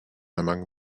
among